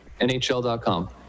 NHL.com